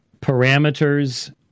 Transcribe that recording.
Parameters